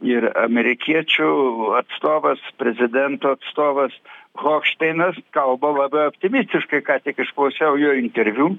ir amerikiečių atstovas prezidento atstovas hochšteinas kalba labai optimistiškai ką tik išklausiau jo interviu